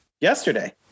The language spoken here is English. yesterday